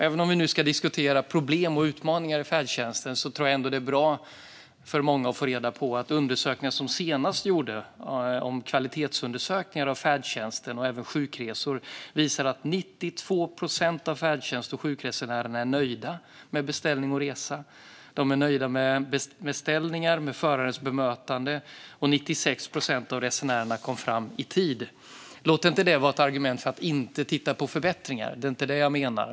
Även om vi nu ska diskutera problem och utmaningar i färdtjänsten tror jag att det är bra för många att få reda på att den senaste kvalitetsundersökningen av färdtjänst och sjukresor visar att 92 procent av färdtjänstresenärerna och sjukresenärerna är nöjda med beställningar och resor. De är nöjda med beställningar och med förarens bemötande. Och 96 procent av resenärerna kom fram i tid. Låt inte det vara ett argument för att inte titta på förbättringar! Det är inte det jag menar.